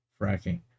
fracking